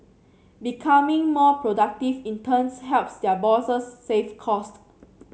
becoming more productive in turns helps their bosses save cost